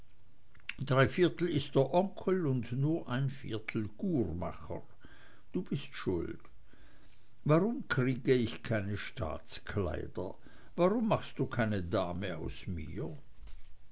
drei viertel ist er onkel und nur ein viertel courmacher du bist schuld warum kriege ich keine staatskleider warum machst du keine dame aus mir